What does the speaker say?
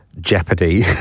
jeopardy